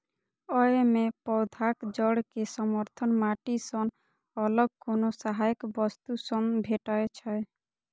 अय मे पौधाक जड़ कें समर्थन माटि सं अलग कोनो सहायक वस्तु सं भेटै छै